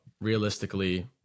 realistically